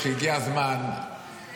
לא תעזור לך ההתנשאות שלך, לא יעזור לך.